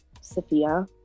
Sophia